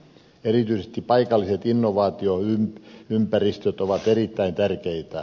erityisesti paikalliset innovaatioympäristöt ovat erittäin tärkeitä